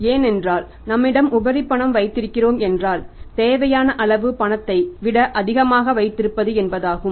ஏனென்றால் நம்மிடம் உபரிபணம் வைத்திருக்கிறோம் என்றால் தேவையான அளவு பணத்தை விட அதிகமாக வைத்திருப்பது என்பதாகும்